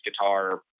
guitar